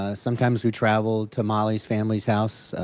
ah sometimes we travel to molly's family's house,